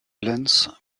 lenz